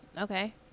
Okay